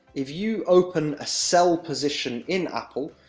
if you open a sell position in apple,